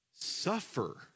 suffer